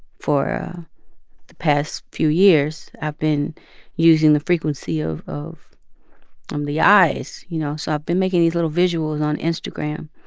for the past few years, i've been using the frequency of of um the eyes. you know. so i've been making these little visuals on instagram.